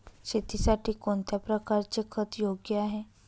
शेतीसाठी कोणत्या प्रकारचे खत योग्य आहे?